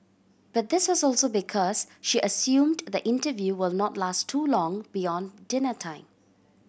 but this was also because she assumed the interview will not last too long beyond dinner time